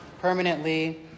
permanently